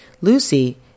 Lucy